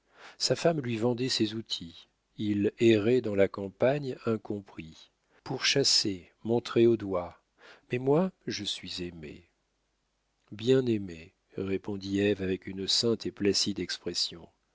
sa femme lui vendait ses outils il errait dans la campagne incompris pourchassé montré au doigt mais moi je suis aimé bien aimé répondit ève avec une sainte et placide expression